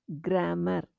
grammar